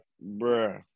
bro